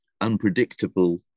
unpredictable